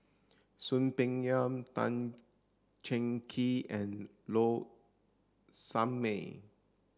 Soon Peng Yam Tan Cheng Kee and Low Sanmay